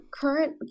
current